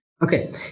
Okay